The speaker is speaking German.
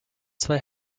zwei